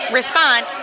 respond